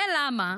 זה למה